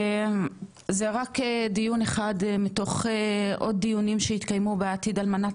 זה רק דיון אחד מתוך עוד דיונים שיתקיימו בעתיד על מנת